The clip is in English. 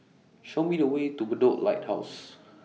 Show Me The Way to Bedok Lighthouse